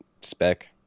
spec